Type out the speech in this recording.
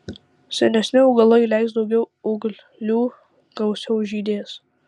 senesni augalai leis daugiau ūglių gausiau žydės